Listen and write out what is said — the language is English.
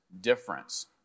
difference